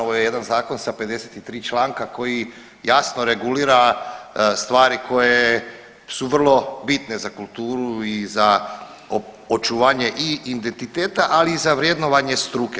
Ovo je jedan zakon sa 53 članka koji jasno regulira stvari koje su vrlo bitne za kulturu i za očuvanje i identiteta, ali i za vrednovanje struke.